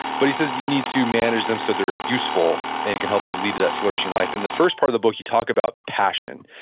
but he says you need to manage them so they're useful, and can help you lead to that flourishing life. and the first part of the book you talk about passion.